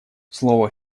слово